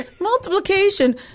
Multiplication